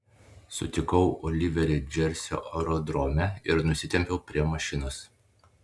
sutikau oliverį džersio aerodrome ir nusitempiau prie mašinos